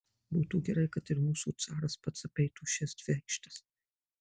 būtų gerai kad ir mūsų caras pats apeitų šias dvi aikštes